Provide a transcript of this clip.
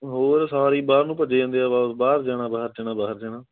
ਹੋਰ ਸਾਰੇ ਹੀ ਬਾਹਰ ਨੂੰ ਭੱਜੇ ਜਾਂਦੇ ਆ ਬਸ ਬਾਹਰ ਜਾਣਾ ਬਾਹਰ ਜਾਣਾ ਬਾਹਰ ਜਾਣਾ